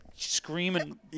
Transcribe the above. screaming